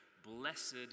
blessed